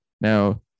Now